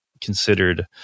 considered